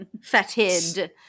Fetid